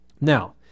Now